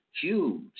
Huge